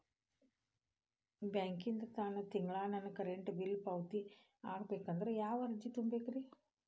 ಬ್ಯಾಂಕಿಂದ ತಾನ ತಿಂಗಳಾ ನನ್ನ ಕರೆಂಟ್ ಬಿಲ್ ಪಾವತಿ ಆಗ್ಬೇಕಂದ್ರ ಯಾವ ಅರ್ಜಿ ತುಂಬೇಕ್ರಿ?